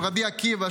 של רבי עקיבא,